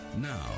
now